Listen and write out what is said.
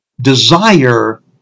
desire